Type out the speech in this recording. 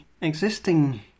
existing